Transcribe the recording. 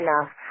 enough